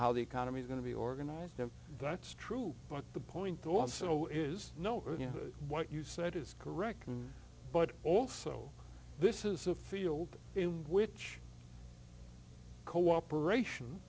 how the economy's going to be organized and that's true but the point also is no you know what you said is correct but also this is a field in which cooperation